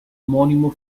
omonimo